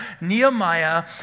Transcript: Nehemiah